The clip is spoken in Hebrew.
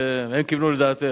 והם כיוונו לדעתך,